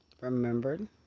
remembered